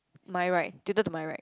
my right tilted to my right